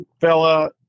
fella